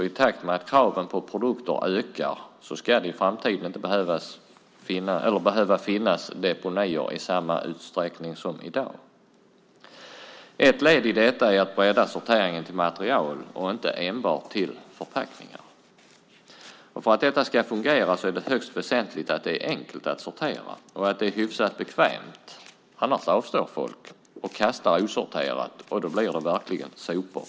I takt med att kraven på produkter ökar ska det i framtiden inte behöva finnas deponier i samma utsträckning som i dag. Ett led i detta är att bredda sorteringen till att omfatta material och inte enbart förpackningar. För att detta ska fungera är det högst väsentligt att det är enkelt och hyfsat bekvämt att sortera. Annars avstår folk och kastar osorterat. Då blir det verkligen sopor.